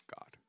God